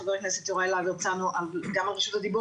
חבר הכנסת יוראי להב הרצנו גם על רשות הדיבור